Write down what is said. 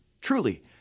Truly